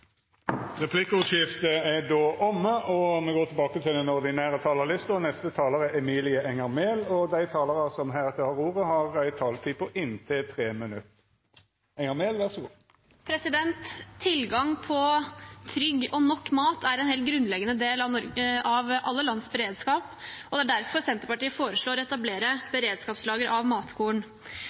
Replikkordskiftet er omme. Dei talarane som heretter får ordet, har òg ei taletid på inntil 3 minutt. Tilgang på trygg og nok mat er en helt grunnleggende del av alle lands beredskap. Det er derfor Senterpartiet foreslår å etablere beredskapslagre av matkorn.